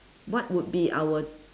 what would be our